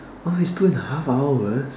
oh it's two and a half hours